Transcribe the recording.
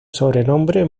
sobrenombre